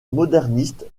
moderniste